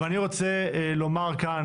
אני רוצה לומר כאן,